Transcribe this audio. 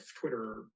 Twitter